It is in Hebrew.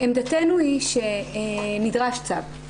עמדתנו היא שנדרש צו.